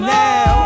now